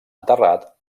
enterrat